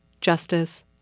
Justice